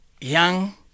young